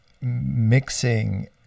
mixing